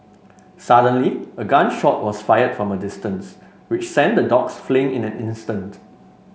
suddenly a gun shot was fired from a distance which sent the dogs fleeing in an instant